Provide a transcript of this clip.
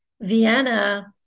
Vienna